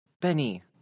Benny